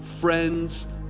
friends